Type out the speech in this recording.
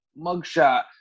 mugshot